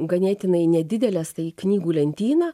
ganėtinai nedidelės tai knygų lentyna